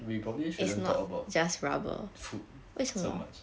we probably shouldn't talk about food so much